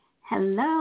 Hello